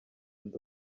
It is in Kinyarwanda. ndi